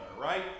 right